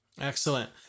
Excellent